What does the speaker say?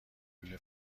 لوله